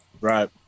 Right